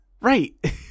Right